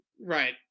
right